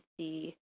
see